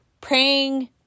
praying